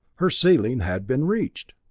her ceiling had been reached.